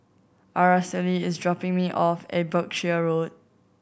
Aracely is dropping me off at Berkshire Road